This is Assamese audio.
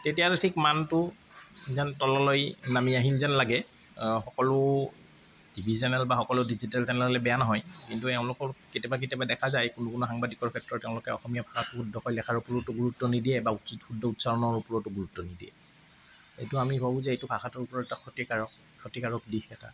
তেতিয়া আৰু ঠিক মানটো যেন তললৈ নামি আহিল যেন লাগে সকলো টি ভি চেনেল বা সকলো ডিজিটেল চেনেলেই বেয়া নহয় কিন্তু এওঁলোকৰ কেতিয়াবা কেতিয়াবা দেখা যায় কোনো কোনো সাংবাদিকৰ ক্ষেত্ৰত তেওঁলোকে অসমীয়া ভাষাটো শুদ্ধকৈ লিখাৰ ওপৰত গুৰুত্ব নিদিয়ে বা শুদ্ধ উচ্চাৰণৰ ওপৰতো গুৰুত্ব নিদিয়ে এইটো আমি ভাবোঁ যে এইটো ভাষাটোৰ ওপৰত এটা ক্ষতিকাৰক ক্ষতিকাৰক দিশ এটা